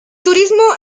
turismo